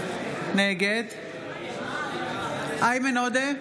נגד איימן עודה,